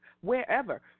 wherever